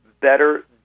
better